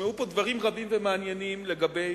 הושמעו פה דברים רבים ומעניינים לגבי